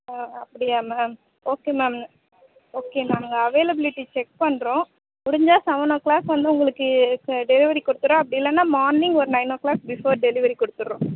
ஓ அப்படியா ma'am okay ma'am okay ma'am இங்கே availability check பண்ணுறோம் முடிஞ்சா செவன் ஓ கிளாக் வந்து உங்களுக்கு க டெலிவரி கொடுத்தர்றோம் அப்படி இல்லைனா மார்னிங் ஒரு nine o'clock before delivery கொடுத்துர்றோம்